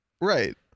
Right